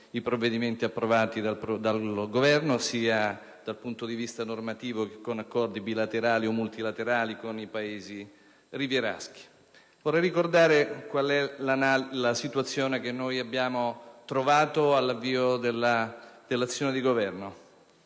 i provvedimenti approvati dal Governo, sia dal punto di vista normativo che tramite accordi bilaterali o multilaterali con i Paesi rivieraschi. Vorrei ricordare qual è la situazione che noi abbiamo trovato all'avvio dell'azione di Governo.